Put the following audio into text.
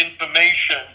information